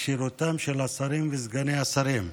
כשירותם של השרים וסגני השרים.